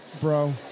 Bro